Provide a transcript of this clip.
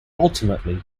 ultimately